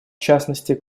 частности